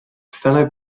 fellow